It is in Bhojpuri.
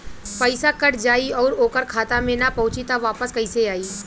पईसा कट जाई और ओकर खाता मे ना पहुंची त वापस कैसे आई?